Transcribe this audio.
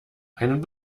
einen